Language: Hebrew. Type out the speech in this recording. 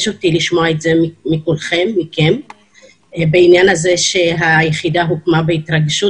אותי לשמוע את זה מכם בעניין הזה שהיחידה הוקמה בהתרגשות